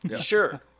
Sure